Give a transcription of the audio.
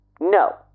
No